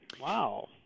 Wow